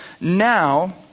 Now